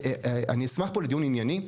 אני אשמח פה לדיון ענייני,